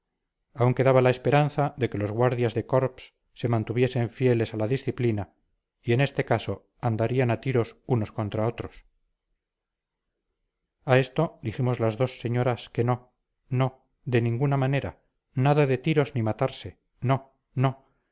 aún quedaba la esperanza de que los guardias de corps se mantuviesen fieles a la disciplina y en este caso andarían a tiros unos contra otros a esto dijimos las dos señoras que no no de ninguna manera nada de tiros ni matarse no no